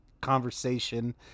conversation